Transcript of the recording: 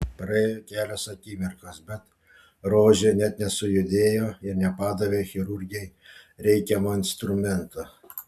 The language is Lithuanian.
praėjo kelios akimirkos bet rožė net nesujudėjo ir nepadavė chirurgei reikiamo instrumento